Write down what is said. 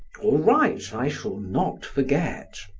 all right. i shall not forget.